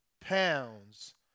pounds